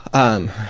um,